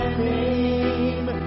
name